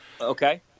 Okay